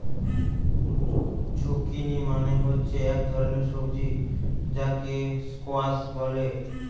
zucchini মানে হচ্ছে এক ধরণের সবজি যাকে স্কোয়াস বলে